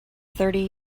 thirty